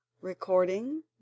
Recording